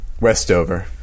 Westover